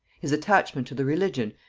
his attachment to the religion,